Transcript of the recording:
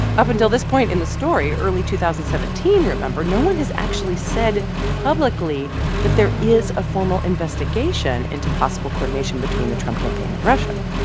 up until this point in the story early two thousand and seventeen, remember no one has actually said publicly that there is a formal investigation into possible coordination between the trump campaign and russia.